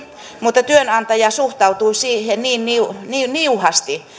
mutta työnantaja suhtautui siihen niin niin niuhasti